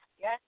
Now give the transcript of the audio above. Yes